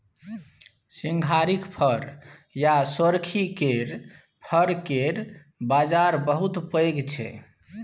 सिंघारिक फर आ सोरखी केर फर केर बजार बहुत पैघ छै